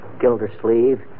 Gildersleeve